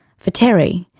for terry,